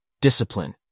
discipline